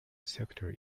sector